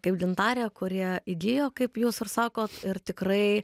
kaip gintarė kurie įgijo kaip jūs ir sakot ir tikrai